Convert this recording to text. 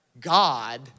God